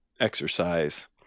exercise